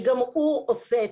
שגם הוא עושה,